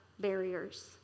barriers